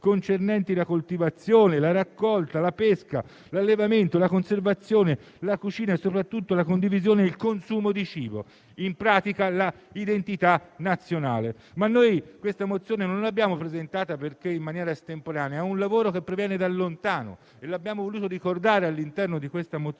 concernenti la coltivazione, la raccolta, la pesca, l'allevamento, la conservazione, la cucina e soprattutto la condivisione e il consumo di cibo». In pratica, è la nostra identità nazionale. Non abbiamo presentato questa mozione in maniera estemporanea, ma è un lavoro che proviene da lontano. L'abbiamo voluto ricordare all'interno della stessa mozione,